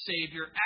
Savior